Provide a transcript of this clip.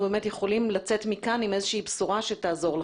באמת יכולים לצאת מכאן עם איזושהי בשורה שתעזור לכם.